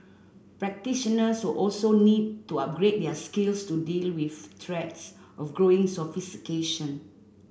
practitioners will also need to upgrade their skills to deal with threats of growing sophistication